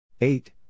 Eight